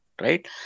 Right